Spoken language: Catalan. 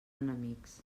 enemics